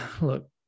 Look